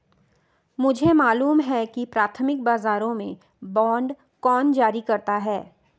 मुझे मालूम है कि प्राथमिक बाजारों में बांड कौन जारी करता है